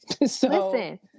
listen